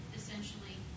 essentially